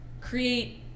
create